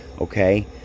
Okay